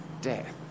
death